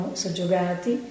soggiogati